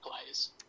players